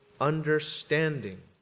understanding